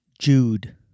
Jude